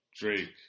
Drake